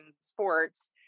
sports